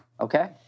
Okay